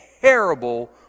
terrible